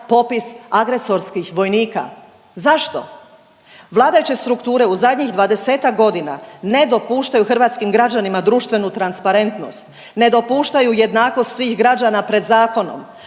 popis agresorskih vojnika? Zašto? Vladajuće strukture u zadnjih 20-ak godina ne dopuštaju hrvatskim građanima društvenu transparentnost. Ne dopuštaju jednakost svih građana pred zakonom,